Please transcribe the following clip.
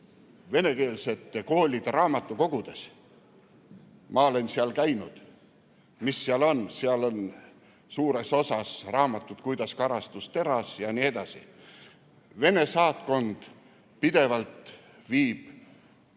venekeelsete koolide raamatukogudes. Ma olen seal käinud. Mis seal on? Seal on suures osas raamatud "Kuidas karastus teras" jne. Vene saatkond viib